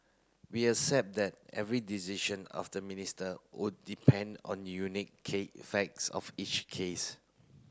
we accept that every decision of the Minister would depend on unique cake facts of each case